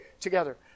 together